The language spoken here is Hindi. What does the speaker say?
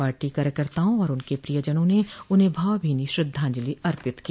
पार्टी कार्यकर्ताओं और उनके प्रियजनों ने उन्हें भावभीनी श्रद्धांजलि अर्पित की